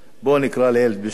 בוא נקרא לילד בשמו,